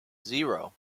zero